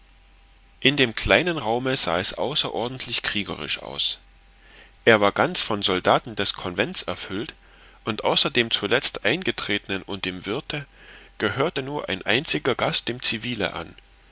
in dem kleinen raume sah es außerordentlich kriegerisch aus er war ganz von soldaten des convents erfüllt und außer dem zuletzt eingetretenen und dem wirthe gehörte nur ein einziger gast dem civile an